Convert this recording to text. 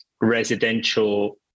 residential